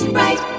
right